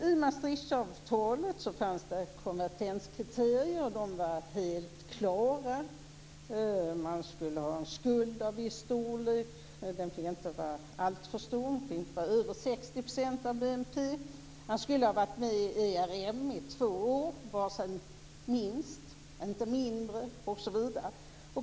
I Maastrichtfördraget fanns konvergenskriterier som var helt klara. Man skulle ha en skuld av viss storlek. Den fick inte vara alltför stor, inte över 60 % av BNP. Man skulle ha varit med i ERM i minst två år osv.